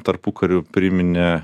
tarpukariu priminė